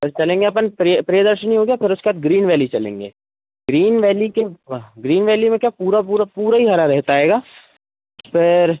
फिर चलेंगे अपन प्रिय प्रियदर्शनी हो गया फिर उसके बाद ग्रीन वैली चलेंगे ग्रीन वैली के वह ग्रीन वैली में क्या पूरा पूरा पूरा ई हरा रहता है फिर